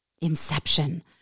Inception